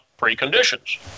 preconditions